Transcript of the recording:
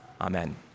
Amen